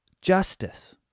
justice